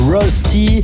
Rusty